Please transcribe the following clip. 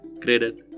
credit